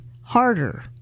harder